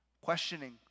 Questioning